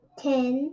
ten